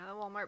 Walmart